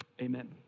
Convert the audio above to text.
Amen